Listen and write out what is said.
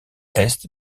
est